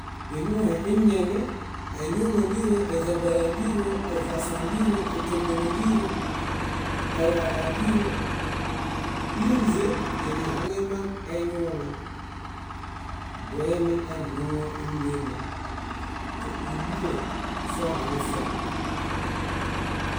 . U ézambalũ, eviasu, étomo (audio inaudible)